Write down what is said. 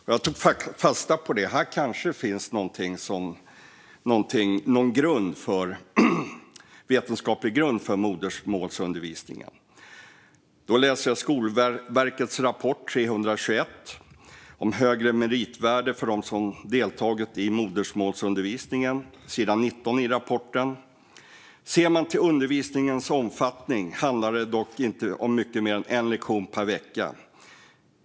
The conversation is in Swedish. Jag tog fasta på det och tänkte att det kanske fanns någon vetenskaplig grund för modersmålsundervisningen där. Låt mig därför läsa ur Skolverkets rapport nummer 321 och sidan 19 där det står om högre meritvärde för dem som deltagit i modersmålsundervisningen: "Ser man till undervisningens omfattning handlar det dock inte om mycket mer än en lektion per vecka.